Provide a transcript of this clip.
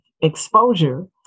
exposure